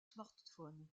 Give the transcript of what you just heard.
smartphone